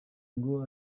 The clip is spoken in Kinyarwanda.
ngo